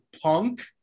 punk